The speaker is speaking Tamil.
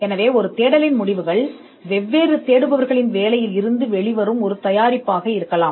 எனவே ஒரு தேடலின் முடிவுகள் வெவ்வேறு வகைகளைத் தேடிய வெவ்வேறு தேடுபவர்களின் வேலையிலிருந்து வெளிவரும் ஒரு தயாரிப்பாக இருக்கலாம்